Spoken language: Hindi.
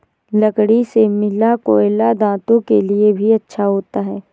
लकड़ी से मिला कोयला दांतों के लिए भी अच्छा होता है